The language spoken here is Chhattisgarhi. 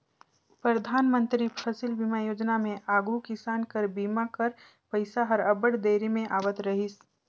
परधानमंतरी फसिल बीमा योजना में आघु किसान कर बीमा कर पइसा हर अब्बड़ देरी में आवत रहिस